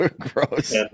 Gross